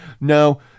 no